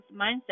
mindset